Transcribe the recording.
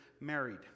married